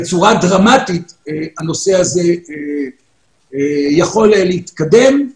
בצורה דרמטית הנושא הזה יכול להתקדם,